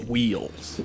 Wheels